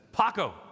Paco